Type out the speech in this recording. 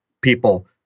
people